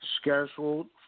Scheduled